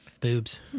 boobs